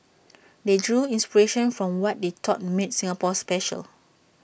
they drew inspiration from what they thought made Singapore special